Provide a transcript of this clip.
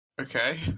okay